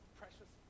precious